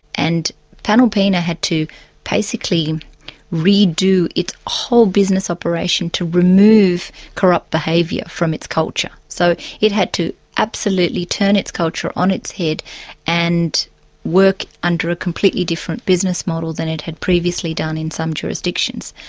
and panalpina had to basically redo its whole business operation to remove corrupt behaviour from its culture. so it had to absolutely turn its culture on its head and work under a completely different business model than it had previously done in some jurisdictions.